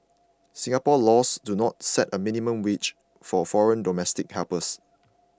Singapore laws do not set a minimum wage for foreign domestic helpers